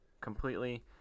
completely